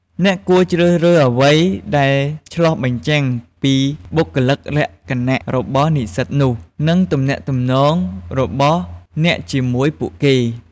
អ្នកគួរជ្រើសរើសអ្វីដែលឆ្លុះបញ្ចាំងពីបុគ្គលិកលក្ខណៈរបស់និស្សិតនោះ និងទំនាក់ទំនងរបស់អ្នកជាមួយពួកគេ។